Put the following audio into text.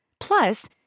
Plus